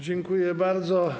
Dziękuję bardzo.